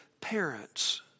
parents